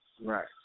Right